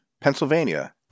Pennsylvania